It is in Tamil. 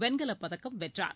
வெண்கலப் பதக்கம் வென்றார்